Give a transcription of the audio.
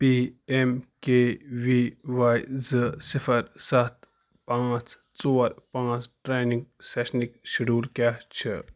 P M K V Y زٕ صِفر سَتھ پانژھ ژور پانژھ ٹرٛینِنٛگ سٮ۪شنٕکۍ شیڈوٗل کیٛاہ چھِ